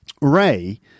ray